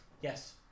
Yes